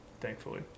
thankfully